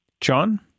John